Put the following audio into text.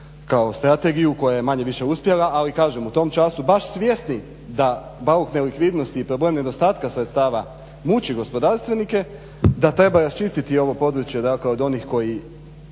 kao strategiju koja je manje-više uspjela ali kažem u tom času baš svjesni da bauk nelikvidnosti i problem nedostatka sredstava muči gospodarstvenike da treba raščistiti ovo područje od onih koji